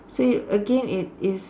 see again it is